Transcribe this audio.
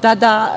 tada